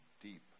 deep